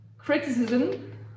criticism